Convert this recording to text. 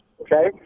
Okay